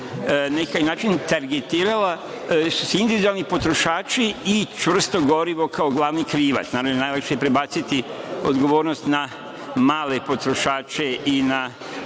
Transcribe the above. neki način targetirali su se individualni potrošači i čvrsto gorivo kao glavni krivac. Naravno da je najlakše prebaciti odgovornost na male potrošače i na